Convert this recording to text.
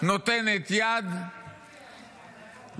נותנת יד לביזוי,